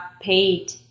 paid